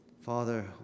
Father